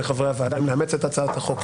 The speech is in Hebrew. חברי הוועדה האם לאמץ את הצעת החוק,